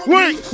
Wait